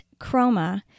chroma